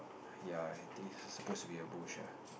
ya I think is supposed to be a bush ah